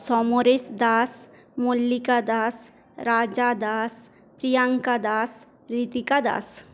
Samaresh Das Mallika Das Raja Das Priyanka Das Ritika Das